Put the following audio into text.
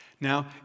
Now